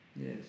Yes